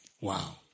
Wow